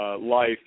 life